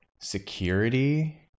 security